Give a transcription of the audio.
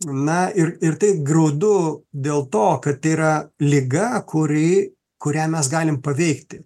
na ir ir tai graudu dėl to kad tai yra liga kuri kurią mes galim paveikti